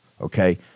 okay